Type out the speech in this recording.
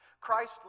Christ